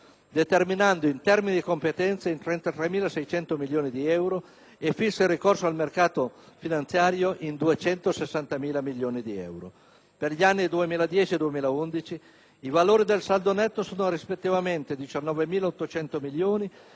determinato in termini di competenza in 33.600 milioni di euro, e fissa il ricorso al mercato finanziario in 260.000 milioni di euro. Per gli anni 2010 e 2011 i valori del saldo netto sono rispettivamente 19.800 e